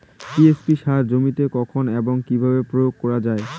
TSP সার জমিতে কখন এবং কিভাবে প্রয়োগ করা য়ায়?